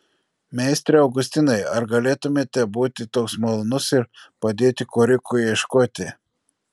meistre augustinai ar galėtumėte būti toks malonus ir padėti korikui ieškoti